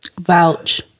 Vouch